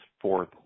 fourth